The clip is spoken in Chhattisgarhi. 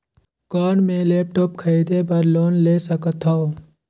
कौन मैं लेपटॉप खरीदे बर लोन ले सकथव?